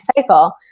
cycle